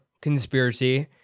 conspiracy